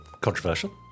Controversial